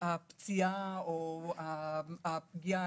הפציעה או הפגיעה.